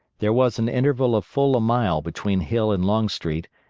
there was an interval of full a mile between hill and longstreet,